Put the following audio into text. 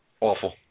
Awful